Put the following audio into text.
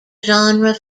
genre